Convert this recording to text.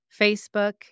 Facebook